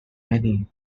many